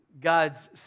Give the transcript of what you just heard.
God's